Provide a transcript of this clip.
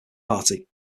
party